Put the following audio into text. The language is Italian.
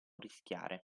rischiare